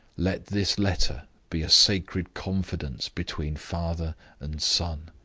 let this letter be a sacred confidence between father and son.